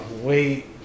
wait